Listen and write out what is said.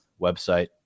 website